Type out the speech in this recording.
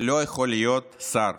לא יכול להיות שר,